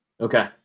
Okay